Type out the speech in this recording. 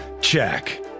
check